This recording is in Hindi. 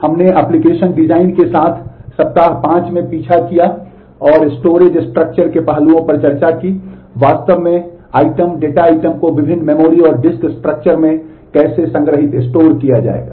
हमने एप्लिकेशन डिज़ाइन किया जाएगा